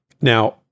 Now